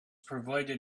provided